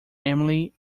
emily